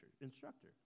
Instructor